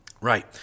Right